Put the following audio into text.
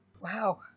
Wow